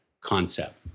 concept